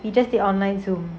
we just did online Zoom